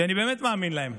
שאני באמת מאמין להן,